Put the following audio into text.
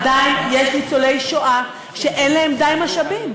עדיין יש ניצולי השואה שאין להם די משאבים.